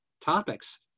topics